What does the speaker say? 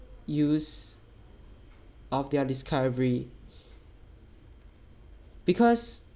use of their discovery because